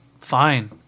Fine